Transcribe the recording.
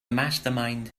mastermind